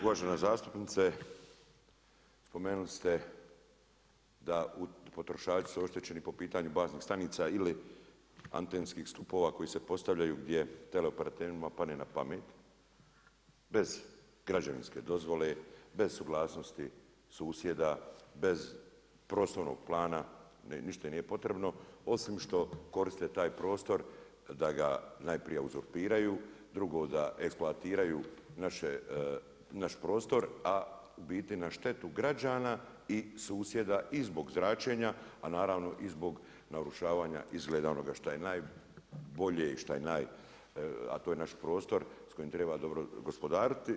Uvažena zastupnice, spomenuli ste da potrošači su oštećeni po pitanju baznih stanica ili antenskih stupova koji se postavljaju gdje teleoperaterima padne na pamet, bez građevinske dozvole, bez suglasnosti susjeda, bez prostornog plana, ništa im nije potrebno, osim što koriste taj prostor, da ga najprije uzurpiraju, drugo da eksploatiraju naš prostor, a u biti na štetu građana i susjeda i zbog zračenja, a naravno i zbog narušavanja izgleda onoga što je najbolje, a to je naš prostor s kojim treba dobro gospodariti.